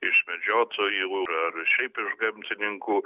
iš medžiotojų ar šiaip iš gamtininkų